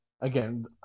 again